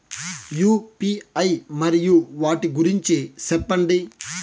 UPI మరియు వాటి గురించి సెప్పండి?